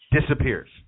disappears